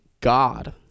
God